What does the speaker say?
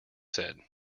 said